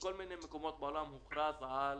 בכל מיני מקומות בעולם הוכרז על